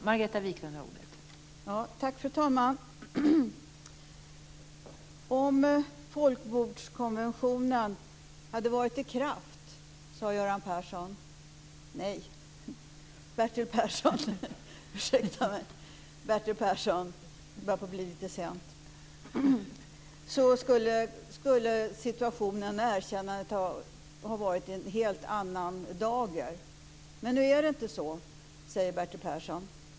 Fru talman! Om folkmordskonventionen hade varit i kraft, sade Bertil Persson, skulle situationen när det gäller erkännandet ha varit i en helt annan dager. Men nu är det inte så, sade Bertil Persson.